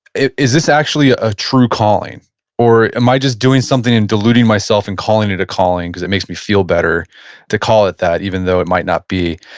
is this actually a true calling or am i just doing something and diluting myself and calling it a calling because it makes me feel better to call it that even though it might not be?